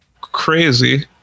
crazy